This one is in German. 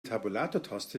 tabulatortaste